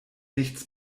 nichts